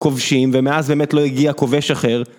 כובשים, ומאז באמת לא הגיע כובש אחר.